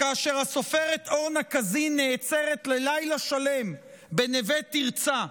כאשר הסופרת ארנה קזין נעצרת ללילה שלם בנווה תרצה,